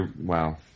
Wow